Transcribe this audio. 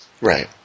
Right